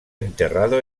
enterrado